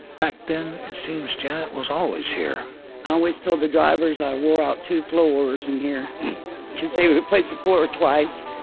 back then, it seems janet was always here. i always told the drivers i wore out two floors in here cause they replaced the floor twice.